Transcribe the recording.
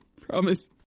promise